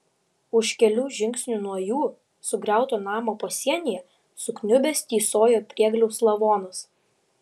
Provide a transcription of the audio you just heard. už kelių žingsnių nuo jų sugriauto namo pasienyje sukniubęs tysojo priegliaus lavonas